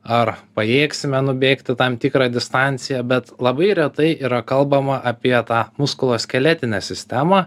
ar pajėgsime nubėgti tam tikrą distanciją bet labai retai yra kalbama apie tą muskulo skeletinę sistemą